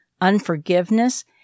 unforgiveness